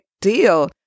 deal